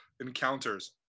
encounters